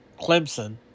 Clemson